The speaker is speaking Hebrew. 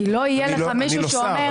-- כי לא יהיה לך מישהו שאומר,